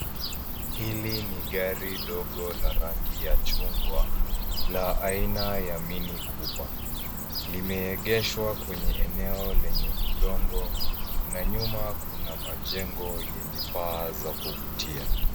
Hili ni gari dogo la rangi ya chungwa, la aina ya mini cooper . Limeegeshwa kwenye eneo lenye udongo na nyuma kuna majengo yenye paa za kuvutia.